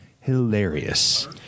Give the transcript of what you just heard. hilarious